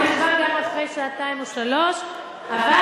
הוא נכבה אחרי שעתיים או שלוש שעות,